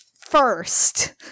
first